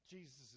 Jesus